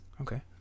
Okay